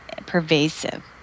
pervasive